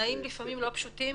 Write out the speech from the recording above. לפעמים בתנאים לא פשוטים,